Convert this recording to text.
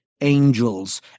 angels